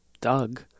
Doug